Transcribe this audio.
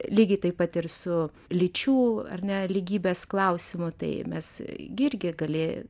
lygiai taip pat ir su lyčių ar ne lygybės klausimu tai mes gi irgi gali